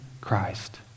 Christ